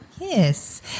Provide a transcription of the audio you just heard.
Yes